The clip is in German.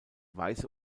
weiße